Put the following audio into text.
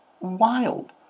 wild